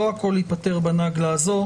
לא הכל ייפתר בסבב הזה.